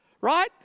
Right